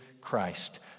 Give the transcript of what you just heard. Christ